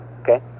okay